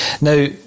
Now